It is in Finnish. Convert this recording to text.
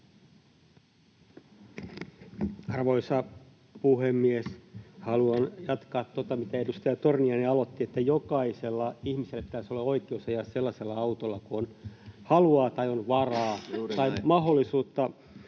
Arvoisa puhemies! Haluan jatkaa tuota, minkä edustaja Torniainen aloitti, että jokaisella ihmisellä pitäisi olla oikeus ajaa sellaisella autolla kuin haluaa tai on varaa tai mahdollisuutta.